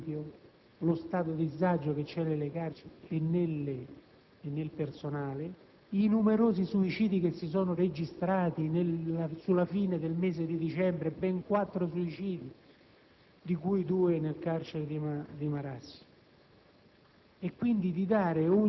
posta anche relativa allo stato di disagio esistente nelle carceri e nel personale e ai numerosi suicidi che si sono registrati sulla fine del mese di dicembre, ben quattro, di cui due nel carcere di Marassi.